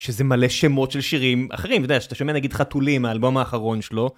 שזה מלא שמות של שירים אחרים, אתה יודע, אתה שומע נגיד חתולים, האלבום האחרון שלו.